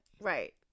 Right